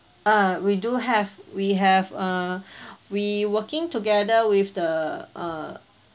uh we do have we have uh we working together with the uh